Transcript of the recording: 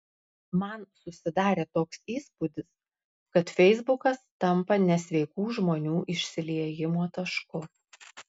man susidarė toks įspūdis kad feisbukas tampa nesveikų žmonių išsiliejimo tašku